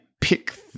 pick